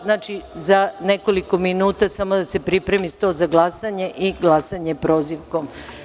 Znači, za nekoliko minuta samo da se pripremo sto za glasanje i glasanje prozivkom.